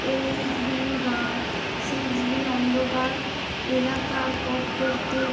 eight B বা six B অন্ধকার এলাকা করতে